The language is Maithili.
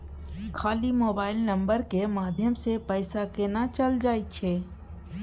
खाली मोबाइल नंबर के माध्यम से पैसा केना चल जायछै?